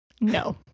No